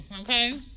okay